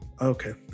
Okay